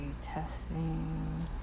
testing